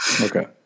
Okay